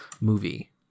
movie